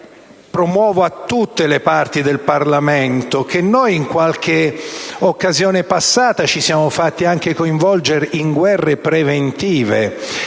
propongo a tutte le parti del Parlamento, che noi in qualche occasione passata ci siamo fatti coinvolgere in guerre preventive.